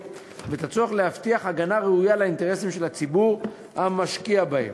ואת הצורך להבטיח הגנה ראויה לאינטרסים של הציבור המשקיע בהם.